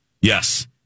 Yes